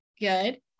Good